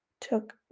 took